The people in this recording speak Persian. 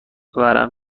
ورم